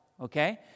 okay